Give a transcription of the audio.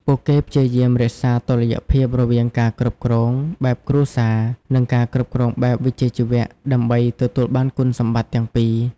ពួកគេព្យាយាមរក្សាតុល្យភាពរវាងការគ្រប់គ្រងបែបគ្រួសារ និងការគ្រប់គ្រងបែបវិជ្ជាជីវៈ ដើម្បីទទួលបានគុណសម្បត្តិទាំងពីរ។